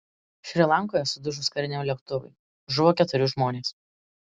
šri lankoje sudužus kariniam lėktuvui žuvo keturi žmonės